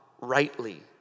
rightly